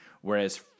Whereas